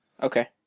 Okay